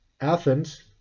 Athens